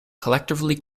collectively